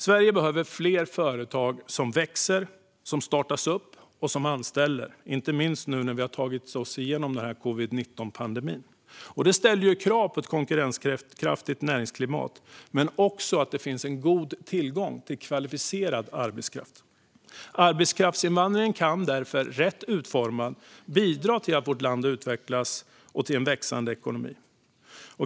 Sverige behöver fler företag som startas, växer och anställer, inte minst när vi har tagit oss igenom covid-19-pandemin. Det ställer krav på ett konkurrenskraftigt näringsklimat men också på att det finns god tillgång till kvalificerad arbetskraft. Arbetskraftsinvandring kan därför, rätt utformad, bidra till att vårt land utvecklas och till en växande ekonomi.